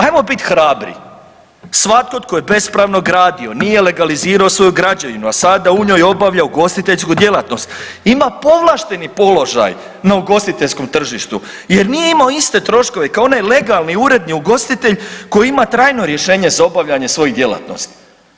Ajmo bit hrabri, svatko tko je bespravno gradio nije legalizirao svoju građevinu, a sada u njoj obavlja ugostiteljsku djelatnost ima povlašteni položaj na ugostiteljskom tržištu jer nije imao iste troškove kao onaj legalni, uredni ugostitelj koji ima trajno rješenje za obavljanje svojih djelatnosti.